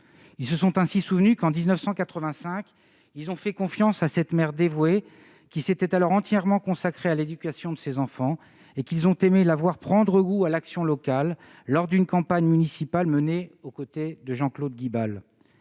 Ils se sont ainsi souvenus qu'en 1985 ils ont fait confiance à cette mère dévouée, qui s'était alors entièrement consacrée à l'éducation de ses enfants, et qu'ils ont aimé la voir prendre goût à l'action locale lors d'une campagne municipale menée aux côtés de Jean-Claude Guibal.